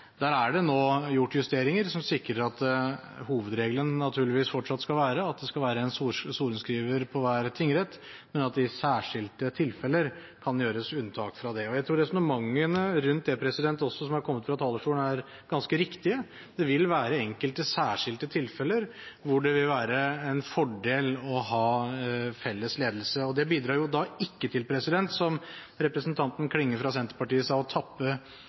Der er det nå gjort justeringer som sikrer at hovedregelen naturligvis fortsatt skal være at det skal være en sorenskriver ved hver tingrett, men at det i særskilte tilfeller kan gjøres unntak fra det. Jeg tror resonnementene rundt det, også de som har kommet fra talerstolen, er ganske riktige. Det vil være enkelte særskilte tilfeller hvor det vil være en fordel å ha felles ledelse. Det bidrar ikke til – som representanten Klinge fra Senterpartiet sa – å tappe